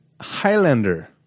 Highlander